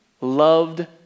loved